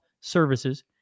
services